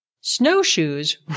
Snowshoes